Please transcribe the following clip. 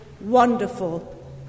Wonderful